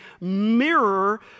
mirror